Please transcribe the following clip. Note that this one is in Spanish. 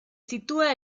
sitúa